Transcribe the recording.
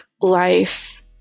life